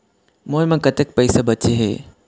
मोर म कतक पैसा बचे हे?